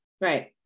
right